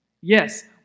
Yes